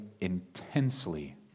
intensely